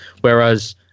Whereas